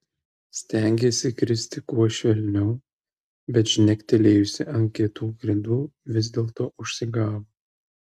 stengėsi kristi kuo švelniau bet žnektelėjusi ant kietų grindų vis dėlto užsigavo